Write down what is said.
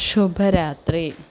ശുഭരാത്രി